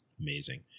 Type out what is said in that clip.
amazing